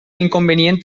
inconvenient